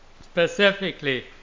specifically